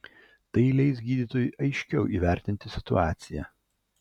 tai leis gydytojui aiškiau įvertinti situaciją